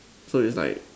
so it's like